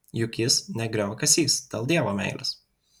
juk jis ne grioviakasys dėl dievo meilės